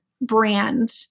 brand